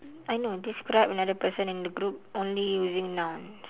I know describe another person in the group only using nouns